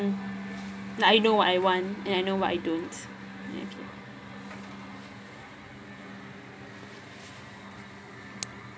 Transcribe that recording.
mm like I know what I want and I know what I don't okay